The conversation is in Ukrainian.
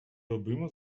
робимо